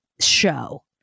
show